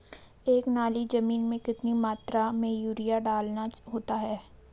एक नाली जमीन में कितनी मात्रा में यूरिया डालना होता है?